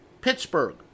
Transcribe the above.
Pittsburgh